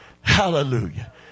Hallelujah